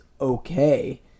okay